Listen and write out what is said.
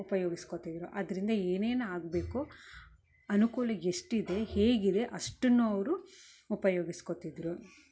ಉಪಯೋಗಿಸ್ಕೊಳ್ತಿದ್ದರು ಅದರಿಂದ ಏನೇನು ಆಗಬೇಕು ಅನುಕೂಲ ಎಷ್ಟಿದೆ ಹೇಗಿದೆ ಅಷ್ಟುನ್ನು ಅವರು ಉಪಯೋಗಿಸ್ಕೊಳ್ತಿದ್ದರು